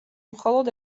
მხოლოდ